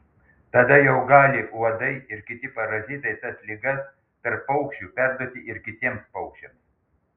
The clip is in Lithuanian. tada jau gali uodai ir kiti parazitai tas ligas tarp paukščių perduoti ir kitiems paukščiams